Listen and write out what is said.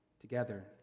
together